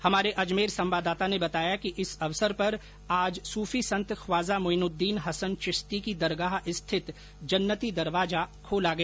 हमारे अजमेर संवाददाता ने बताया कि इस अवसर पर आज सूफी संत ख्वाजा मुईनुदीन हसन चिश्ती की दरगाह स्थित जन्नती दरवाजा खोला गया